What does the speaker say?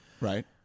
Right